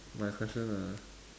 my question ah